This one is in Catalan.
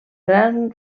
gran